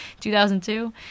2002